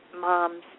moms